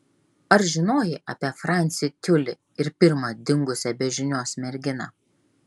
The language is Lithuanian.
ar žinojai apie francį tiulį ir pirmą dingusią be žinios merginą